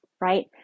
right